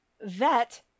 vet